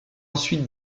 ensuite